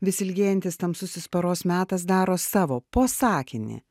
vis ilgėjantis tamsusis paros metas daro savo po sakinį